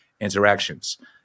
interactions